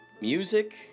music